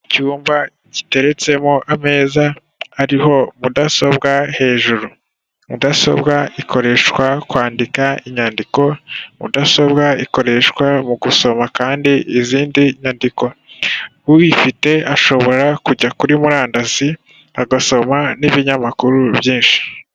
Icyumba giteretsemo ameza ariho mudasobwa hejuru, mudasobwa ikoreshwa kwandika inyandiko, mudasobwa ikoreshwa mu gusoma kandi izindi nyandiko, uyifite ashobora kujya kuri murandasi agasoma n'ibinyamakuru byinshi.